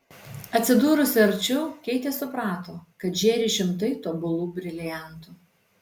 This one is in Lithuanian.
atsidūrusi arčiau keitė suprato kad žėri šimtai tobulų briliantų